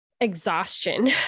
exhaustion